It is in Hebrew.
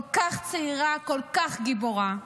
כל כך צעירה, כל כך גיבורה.